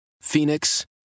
Phoenix